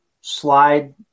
slide